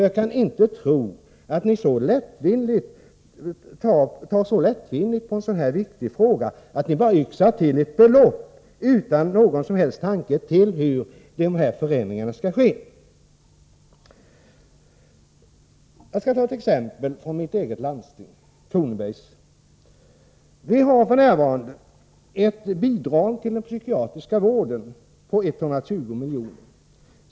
Jag kan inte tro att ni tar så lättvindigt på en sådan här viktig fråga att ni bara yxar till ett belopp utan att ägna någon som helst tanke åt hur man kan genomföra förändringarna. Jag vill anföra ett exempel från mitt eget landsting, Kronobergs landsting. Landstinget uppbär f. n. bidrag om 120 milj.kr. till den psykiatriska vården.